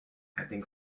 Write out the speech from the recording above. adding